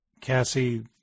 Cassie